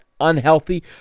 unhealthy